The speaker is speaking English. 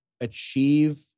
achieve